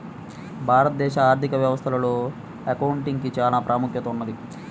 భారతదేశ ఆర్ధిక వ్యవస్థలో అకౌంటింగ్ కి చానా ప్రాముఖ్యత ఉన్నది